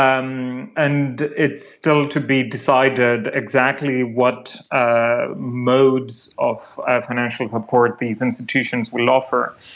um and it's still to be decided exactly what ah modes of financial support these institutions will offer.